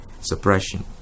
suppression